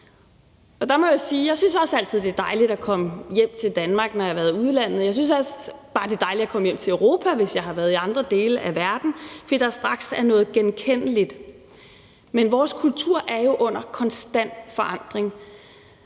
jeg altid synes, det er dejligt at komme hjem til Danmark, når jeg har været i udlandet, og at jeg også bare synes, det er dejligt at komme hjem til Europa, hvis jeg har været i andre dele af verden, fordi der straks er noget genkendeligt. Men vores kultur er jo under konstant forandring.